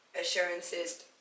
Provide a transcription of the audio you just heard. assurances